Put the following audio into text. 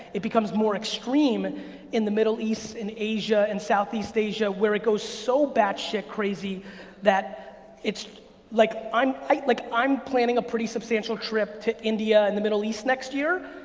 it becomes more extreme in the middle east and asia and southeast asia, where it goes so batshit crazy that it's like, like i'm planning a pretty substantial trip to india and the middle east next year,